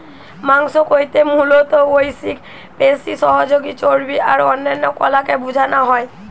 মাংস কইতে মুলত ঐছিক পেশি, সহযোগী চর্বী আর অন্যান্য কলাকে বুঝানা হয়